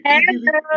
Hello